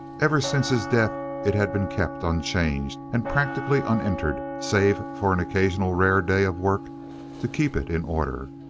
ever since his death it had been kept unchanged, and practically unentered save for an occasional rare day of work to keep it in order.